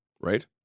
Right